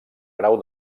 grau